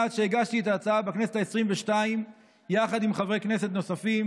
מאז הגשתי את ההצעה בכנסת העשרים-ושתיים יחד עם חברי כנסת נוספים,